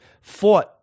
fought